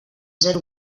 zero